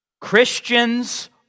Christians